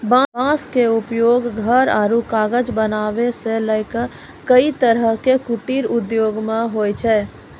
बांस के उपयोग घर आरो कागज बनावै सॅ लैक कई तरह के कुटीर उद्योग मॅ होय छै